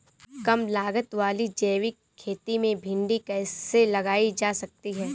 कम लागत वाली जैविक खेती में भिंडी कैसे लगाई जा सकती है?